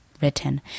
written